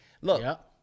Look